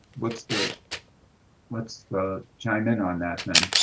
what's the what's the chime in on that then.